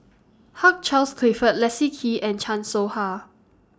Hugh Charles Clifford Leslie Kee and Chan Soh Ha